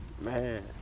Man